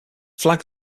flag